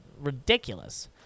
ridiculous